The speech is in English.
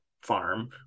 farm